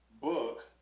book